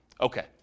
Okay